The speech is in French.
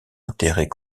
intérêt